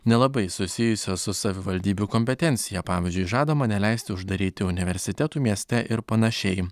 nelabai susijusios su savivaldybių kompetencija pavyzdžiui žadama neleisti uždaryti universitetų mieste ir panašiai